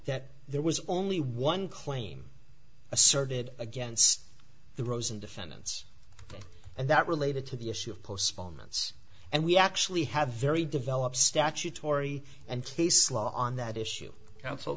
that there was only one claim asserted against the rosen defendants and that related to the issue of postponements and we actually have very developed statutory and case law on that issue counsel